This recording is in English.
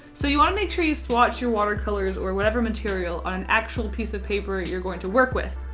so you want to make sure you swatch your watercolors or whatever material on an actual piece of paper you're going to work with.